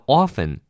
often